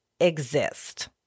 exist